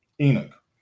Enoch